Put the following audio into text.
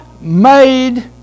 made